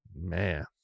Man